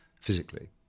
physically